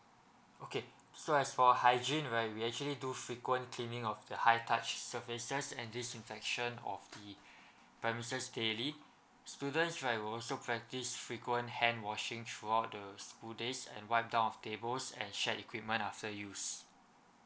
okay so as for hygiene right we actually do frequent cleaning of the high touch surfaces and disinfection of the premises daily students right will also practise frequent hand washing throughout the school days and wipe down of tables and shared equipment after use